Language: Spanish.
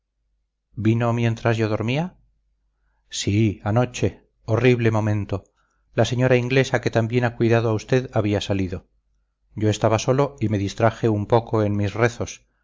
vino mientras yo dormía sí anoche horrible momento la señora inglesa que tan bien ha cuidado a usted había salido yo estaba solo y me distraje un poco en mis rezos